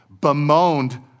bemoaned